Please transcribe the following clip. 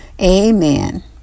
Amen